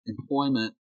employment